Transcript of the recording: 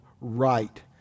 right